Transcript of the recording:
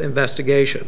investigation